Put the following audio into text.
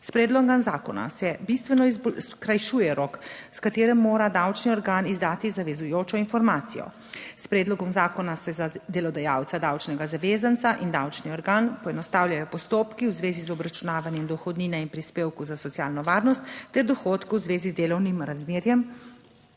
S predlogom zakona se bistveno skrajšuje rok, s katerim mora davčni organ izdati zavezujočo informacijo. S predlogom zakona se za delodajalca, davčnega zavezanca in davčni organ poenostavljajo postopki v zvezi z obračunavanjem dohodnine in prispevkov za socialno varnost ter dohodkov v zvezi z delovnim razmerjem,